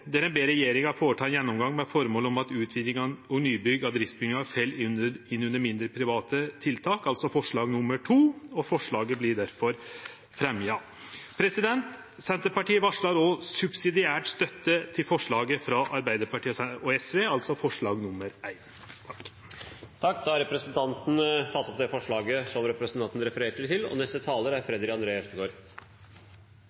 der ein ber regjeringa føreta ein gjennomgang med føremål om at utvidingar og nybygg av driftsbygningar fell inn under mindre, private tiltak – altså forslag nr. 2. Forslaget vert difor fremja. Senterpartiet varslar òg subsidiær støtte til forslaget frå Arbeidarpartiet og SV, altså forslag nr. 1. Representanten Olav Urbø har tatt opp det forslaget han refererte til.